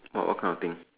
!wah! what kind of thing